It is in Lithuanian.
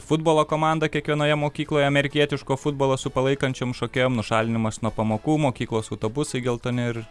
futbolo komanda kiekvienoje mokykloje amerikietiško futbolo su palaikančiom šokėjom nušalinimas nuo pamokų mokyklos autobusai geltoni ir